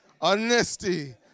Honesty